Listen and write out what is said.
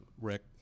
Rick